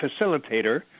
facilitator